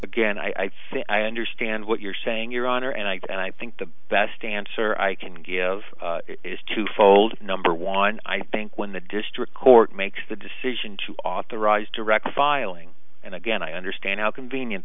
think i understand what you're saying your honor and i and i think the best answer i can give is twofold number one i think when the district court makes the decision to authorize direct filing and again i understand how convenient